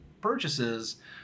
purchases